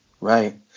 Right